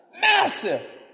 Massive